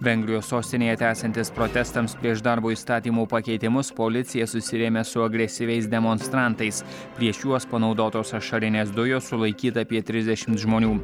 vengrijos sostinėje tęsiantis protestams prieš darbo įstatymų pakeitimus policija susirėmė su agresyviais demonstrantais prieš juos panaudotos ašarinės dujos sulaikyta apie trisdešimt žmonių